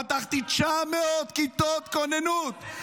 היו 70 כיתות כוננות, ופתחתי 900 כיתות כוננות.